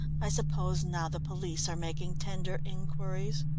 i suppose now the police are making tender inquiries?